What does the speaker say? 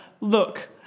Look